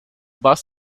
bus